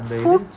food